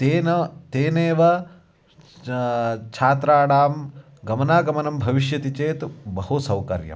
तेन तेनैव छात्राणां गमनागमनं भविष्यति चेत् बहु सौकर्यम्